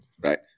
right